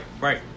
right